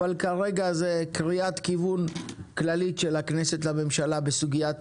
אבל כרגע זה קריאת כיוון כללית של הכנסת לממשלה בסוגית